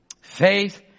Faith